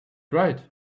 right